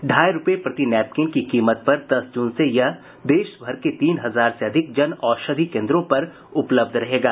ढ़ाई रूपये प्रति नैपकिन की कीमत पर दस जून से यह देश भर के तीन हजार से अधिक जन औषधि केंद्रों पर उपलब्ध रहेगा